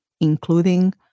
including